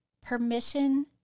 permission